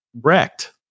wrecked